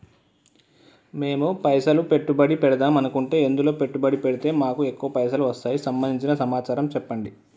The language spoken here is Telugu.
మేము పైసలు పెట్టుబడి పెడదాం అనుకుంటే ఎందులో పెట్టుబడి పెడితే మాకు ఎక్కువ పైసలు వస్తాయి సంబంధించిన సమాచారం చెప్పండి?